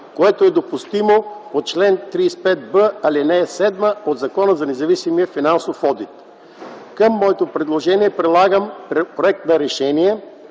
което е допустимо по чл. 35б, ал. 7 от Закона за независимия финансов одит.” Към моето предложение прилагам проект на решение,